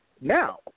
Now